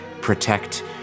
protect